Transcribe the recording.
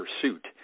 pursuit